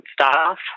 staff